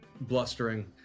blustering